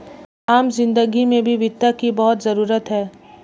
आम जिन्दगी में भी वित्त की बहुत जरूरत है